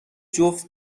جفت